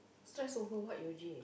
stress over what Yuji